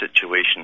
situation